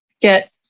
get